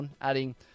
adding